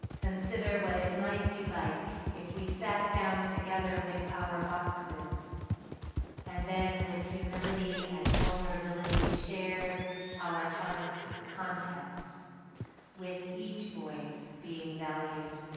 consider what it might be like if we sat down together with our boxes and then with humility and vulnerability vulnerability share ed our hearts' contents with each voice being value